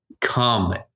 come